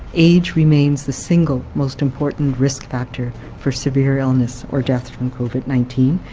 age remains the single most important risk factor for severe illness or death from covid nineteen,